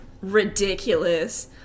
Ridiculous